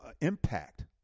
impact